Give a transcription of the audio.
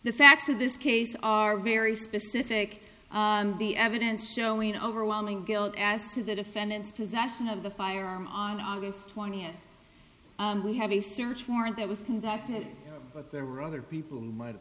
the facts of this case are very specific the evidence showing overwhelming guilt as to the defendant's possession of the firearm on august twentieth we have a search warrant that was conducted but there were other people